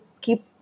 keep